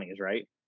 right